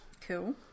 Cool